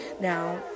now